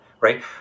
right